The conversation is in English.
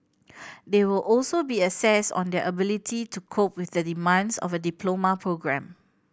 they will also be assessed on their ability to cope with the demands of the diploma programme